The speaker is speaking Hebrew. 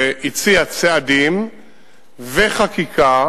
שהציעה צעדים וחקיקה,